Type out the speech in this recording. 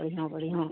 बढ़िआँ बढ़िआँ